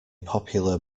popular